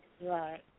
Right